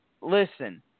listen